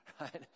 right